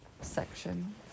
section